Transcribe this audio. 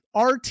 RT